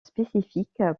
spécifiques